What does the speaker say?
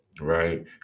right